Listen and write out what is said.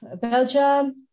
Belgium